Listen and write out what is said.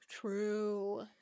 true